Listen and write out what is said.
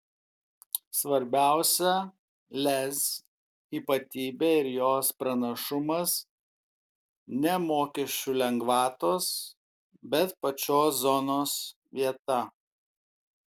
svarbiausia lez ypatybė ir jos pranašumas ne mokesčių lengvatos bet pačios zonos vieta